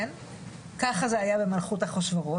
ככה זה היה במלכות אחשוורוש,